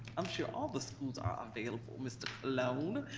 i'm sure all the schools are available, mr. like um